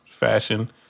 fashion